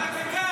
אחד.